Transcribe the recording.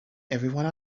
everyone